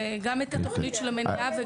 וגם את התוכנית של המניעה,